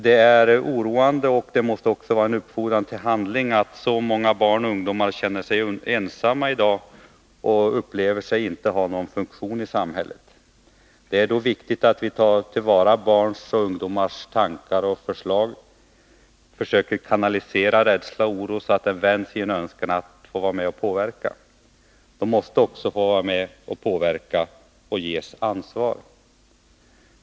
Det är oroande, och det måste också vara en uppfordran till handling, att så många barn och ungdomar känner sig ensamma i dag och upplever sig inte ha någon funktion i samhället. Det är då viktigt att vi tar till vara barns och ungdomars tankar och förslag, försöker kanalisera rädslan och oron, så att det vänds till en önskan att få vara med och påverka. Ungdomarna måste också få vara med och påverka och ges ett ansvar.